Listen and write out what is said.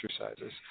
exercises